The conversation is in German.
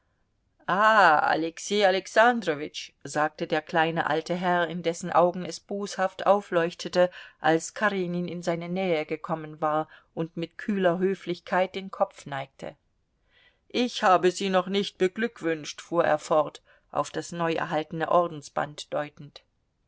alexei alexandrowitsch sagte der kleine alte herr in dessen augen es boshaft aufleuchtete als karenin in seine nähe gekommen war und mit kühler höflichkeit den kopf neigte ich habe sie noch nicht beglückwünscht fuhr er fort auf das neu erhaltene ordensband deutend